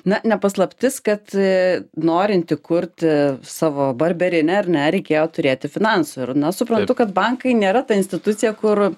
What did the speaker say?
na ne paslaptis kad norint įkurti savo barberinę ar ne reikėjo turėti finansų ir na suprantu kad bankai nėra ta institucija kur